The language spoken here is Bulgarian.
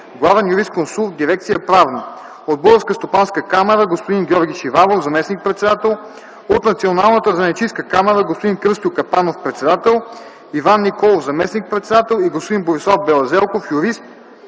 главен юрисконсулт в Дирекция „Правна”; от Българската стопанска камара - господин Георги Шиваров – заместник-председател; от Националната занаятчийска камара - господин Кръстю Капанов – председател, Иван Николов – заместник-председател и господин Борислав Белазелков – юрист;